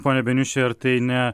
pone beniuši ar tai ne